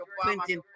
Clinton